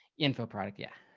info product. yeah.